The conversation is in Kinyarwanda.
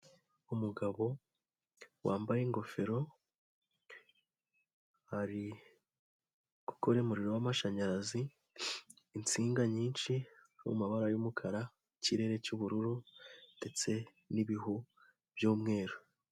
Umugabo wambaye ingofero, ari gukora umuriro w'amashanyarazi, insinga nyinshi mu mabara y'umukara, mu kirere cy'ubururu ndetse n'ibihu by'umweru.